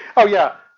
oh yeah,